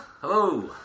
Hello